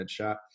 headshot